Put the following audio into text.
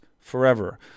forever